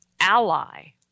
ally